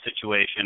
situation